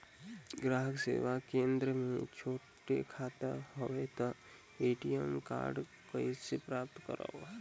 ग्राहक सेवा केंद्र मे छोटे खाता हवय त ए.टी.एम कारड कइसे प्राप्त करव?